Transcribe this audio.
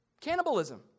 Cannibalism